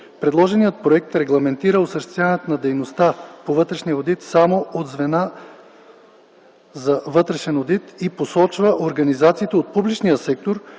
Предложеният проект регламентира осъществяването на дейността по вътрешния одит само от звена за вътрешен одит и посочва организациите от публичния сектор,